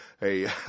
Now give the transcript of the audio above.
Hey